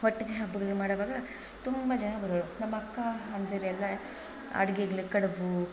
ಒಟ್ಟಿಗೆ ಹಬ್ಬಗಳನ್ನು ಮಾಡೋವಾಗ ತುಂಬ ಜನ ಬರೋರು ನಮ್ಮಅಕ್ಕ ಅಣ್ಣದಿರೆಲ್ಲ ಅಡಿಗೆಗಳಿಗೆ ಕಡಬು